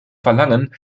verlangen